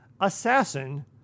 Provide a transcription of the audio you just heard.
assassin